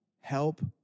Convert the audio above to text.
help